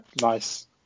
Nice